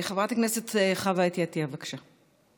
חברת הכנסת חוה אתי עטייה, בבקשה.